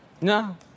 No